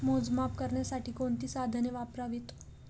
मोजमाप करण्यासाठी कोणती साधने वापरावीत?